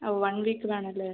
ഓ one week വേണമല്ലേ